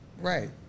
right